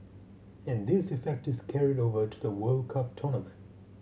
and this effect is carried over to the World Cup tournament